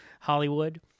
Hollywood